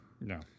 No